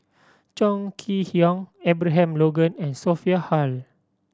Chong Kee Hiong Abraham Logan and Sophia Hull